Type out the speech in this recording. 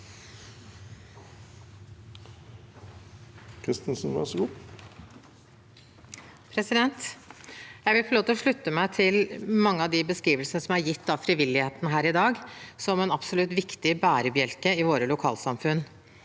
lov til å slutte meg til mange av de beskrivelsene som er gitt av frivilligheten her i dag, som en absolutt viktig bærebjelke i våre lokalsamfunn.